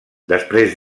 després